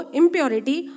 impurity